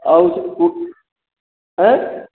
और हैं